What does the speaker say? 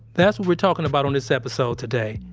that's what we're talking about on this episode today,